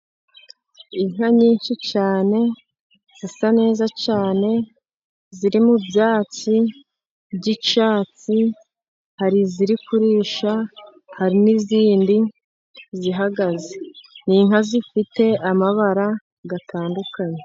Inka nyinshi cyane, zisa neza cyane ziri mu byatsi by'icyatsi, hari iziri kurisha, hari n'izindi zihagaze n'inka zifite amabara atandukanye.